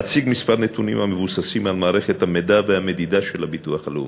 אציג כמה נתונים המבוססים על מערכת המידע והמדידה של הביטוח הלאומי,